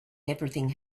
everything